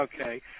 Okay